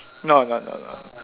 no no no no